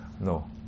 No